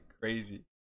crazy